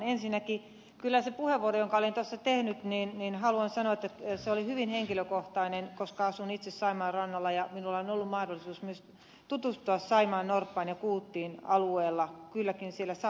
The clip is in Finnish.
ensinnäkin haluan sanoa että kyllä se puheenvuoroni jonka olin tuossa tehnyt niin en halua sanoa ei oli hyvin henkilökohtainen koska asun itse saimaan rannalla ja minulla on ollut mahdollisuus myös tutustua saimaannorppaan ja kuuttiin alueella kylläkin siellä savon puolella